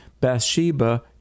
Bathsheba